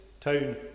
town